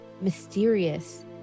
mysterious